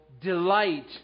delight